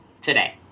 today